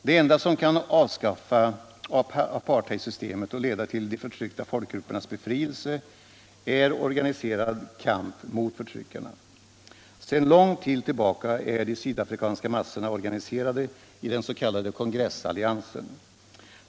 Det enda som kan avskaffa apartheidsystemet och leda tilt de förtryckta folkgruppernas befrielse är organiserad kamp mot förtryckarna. Sedan lång tid tillbaka är de sydafrikanska massorna organiserade i den s.k. kongressalliansen.